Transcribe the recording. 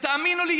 ותאמינו לי,